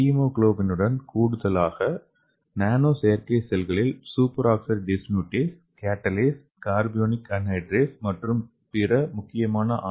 ஹீமோகுளோபினுடன் கூடுதலாக நானோ செயற்கை செல்களில் superoxide dismutase catalase carbonic anhydrase மற்றும் பிற முக்கியமான ஆர்